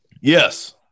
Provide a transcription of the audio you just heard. Yes